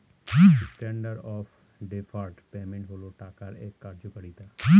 standard of deferred payment হল টাকার এক কার্যকারিতা